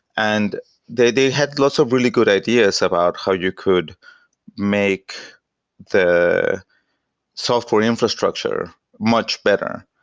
and they they had lots of really good ideas about how you could make the software infrastructure much better.